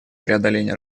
преодоления